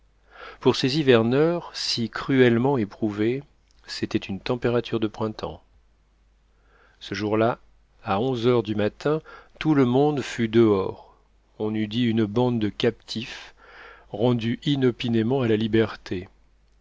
pour ces hiverneurs si cruellement éprouvés c'était une température de printemps ce jour-là à onze heures du matin tout le monde fut dehors on eût dit une bande de captifs rendus inopinément à la liberté